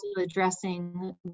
addressing